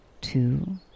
two